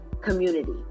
community